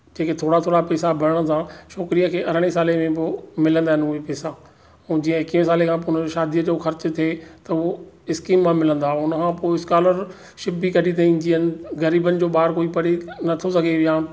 जेके थोरा थोरा पैसा भरण सां छोकिरीअ खे अरिड़हें साले में पोइ मिलंदा आहिनि उहे पैसा हुनजे इकवीह साल खां पोइ उन शादीअ जो ख़र्च थे त उहो स्कीम मां मिलंदा उनखां पोइ स्कॉलरशिप बि कढी तईं जीअनि ग़रीबनि जो ॿार कोई पढ़े नथो सघे या